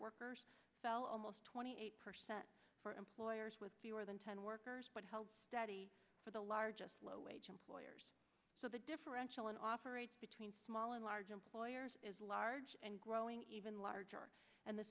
workers fell almost twenty eight percent for employers with fewer than ten workers but held steady for the largest low wage employers so the differential in operate between small and large employers is large and growing even larger and the